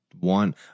One